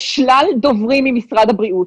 יש שלל דוברים ממשרד הבריאות,